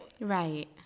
Right